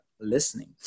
listening